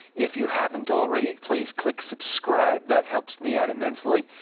if you haven't already, please click subscribe. that helps me out immensely,